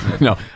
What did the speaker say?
No